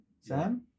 Sam